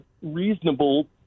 reasonable